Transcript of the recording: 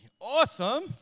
awesome